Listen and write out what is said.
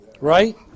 Right